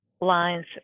lines